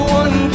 one